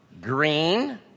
green